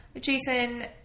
Jason